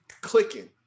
clicking